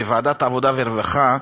בוועדת העבודה והרווחה,